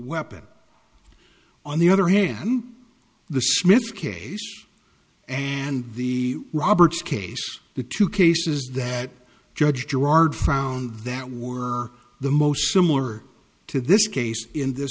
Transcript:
weapon on the other hand the smith case and the roberts case the two cases that judge gerard found that were the most similar to this case in this